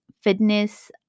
fitness